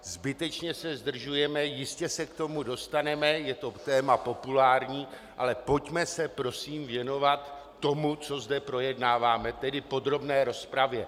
Zbytečně se zdržujeme, jistě se k tomu dostaneme, je to téma populární, ale pojďme se prosím věnovat tomu, co zde projednáváme, tedy podrobné rozpravě.